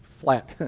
flat